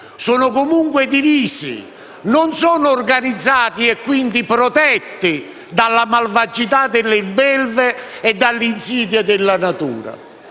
sono divisi, non sono organizzati e quindi protetti dalla malvagità delle belve e dalle insidie della natura.